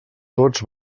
tots